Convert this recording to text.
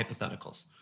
hypotheticals